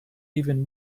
even